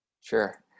Sure